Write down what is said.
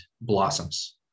blossoms